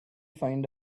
find